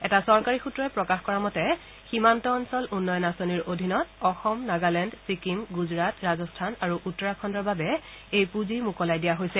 এটা চৰকাৰী সূত্ৰই প্ৰকাশ কৰা মতে সীমান্ত অঞ্চল উন্নয়ন আঁচনিৰ অধীনত অসম নাগালেণ্ড ছিকিম গুজৰাট ৰাজস্থান আৰু উত্তৰাখণ্ডৰ বাবে এই পুঁজি মোকলাই দিয়া হৈছে